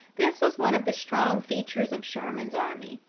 this was one of the strong features of sherman's army.